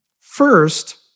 First